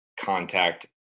contact